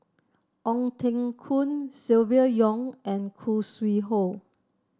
Ong Teng Koon Silvia Yong and Khoo Sui Hoe